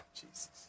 Jesus